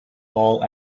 all